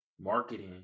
marketing